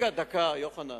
דקה, יוחנן.